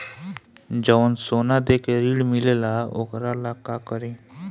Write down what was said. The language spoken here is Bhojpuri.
जवन सोना दे के ऋण मिलेला वोकरा ला का करी?